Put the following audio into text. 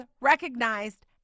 recognized